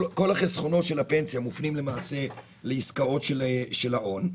כל החסכונות של הפנסיה מופנים למעשה לעסקאות של ההון,